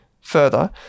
further